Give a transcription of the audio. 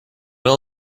will